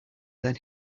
than